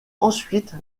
ensuite